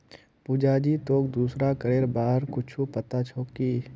पुजा जी, तोक दूसरा करेर बार कुछु पता छोक की